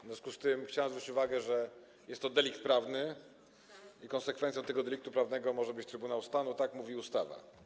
W związku z tym chciałbym zwrócić uwagę, że jest to delikt prawny i konsekwencją tego deliktu prawnego może być Trybunał Stanu - tak mówi ustawa.